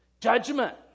judgment